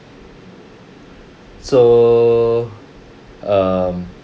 so um